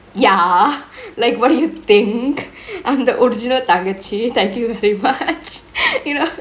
ya like what do you think I'm the original target sheet thank you very much